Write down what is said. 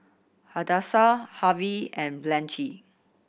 Hadassah Harvey and Blanchie